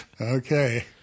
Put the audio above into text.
Okay